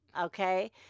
Okay